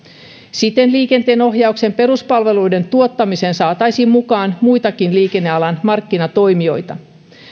siten liikenteenohjauksen peruspalveluiden tuottamiseen saataisiin mukaan muitakin liikennealan markkinatoimijoita